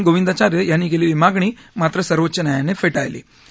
गोवींदाचार्य यांनी केलेली मागणी मात्र सर्वोच्च न्यायालयानं फेटाळली होती